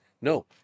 No